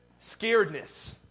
scaredness